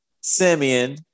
Simeon